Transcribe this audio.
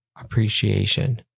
appreciation